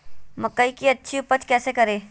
मकई की अच्छी उपज कैसे करे?